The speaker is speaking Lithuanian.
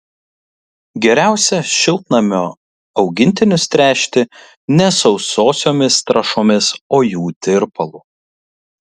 geriausia šiltnamio augintinius tręšti ne sausosiomis trąšomis o jų tirpalu